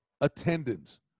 attendance